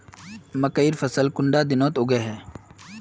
मकई फसल कुंडा दिनोत उगैहे?